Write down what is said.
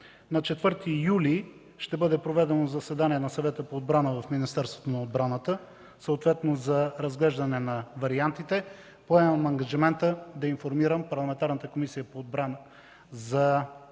2013 г. ще бъде проведено заседание на Съвета по отбрана в Министерството на отбраната за разглеждане на вариантите. Поемам ангажимента да информирам парламентарната Комисия по отбрана за целите